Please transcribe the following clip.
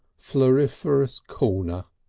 floriferous corner,